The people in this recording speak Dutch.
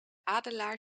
adelaar